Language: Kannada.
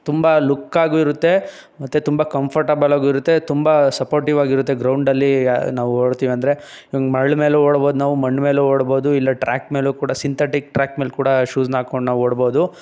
ತುಂಬ ಲುಕ್ಕಾಗೂ ಇರುತ್ತೆ ಮತ್ತು ತುಂಬ ಕಂಫರ್ಟೆಬಲ್ ಆಗೂ ಇರುತ್ತೆ ತುಂಬ ಸಪೋರ್ಟಿವಾಗಿರುತ್ತೆ ಗ್ರೌಂಡಲ್ಲಿ ನಾವು ಓಡ್ತಿವಂದರೆ ಹಿಂಗೆ ಮರ್ಳು ಮೇಲೂ ಓಡ್ಬೋದು ನಾವು ಮಣ್ಣ ಮೇಲೂ ಓಡ್ಬೋದು ಇಲ್ಲ ಟ್ರ್ಯಾಕ್ ಮೇಲೂ ಕೂಡ ಸಿಂತೆಟಿಕ್ ಟ್ರ್ಯಾಕ್ ಮೇಲೆ ಕೂಡ ಶೂಸನ್ನ ಹಾಕೊಂಡ್ ನಾವು ಓಡ್ಬೋದು